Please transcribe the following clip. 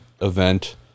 event